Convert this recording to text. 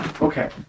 okay